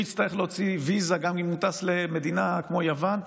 הוא יצטרך להוציא ויזה גם אם הוא טס למדינה כמו יוון,